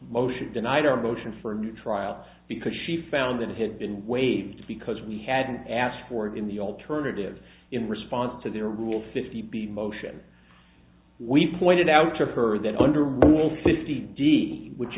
motion denied our motion for a new trial because she found that it had been waived because we hadn't asked for it in the alternative in response to their rule fifty b motion we pointed out to her that under rule fifty d which